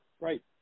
right